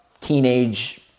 teenage